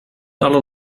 alle